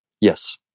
Yes